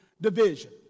division